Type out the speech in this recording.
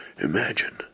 Imagine